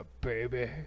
baby